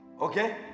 Okay